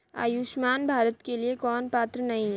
आयुष्मान भारत के लिए कौन पात्र नहीं है?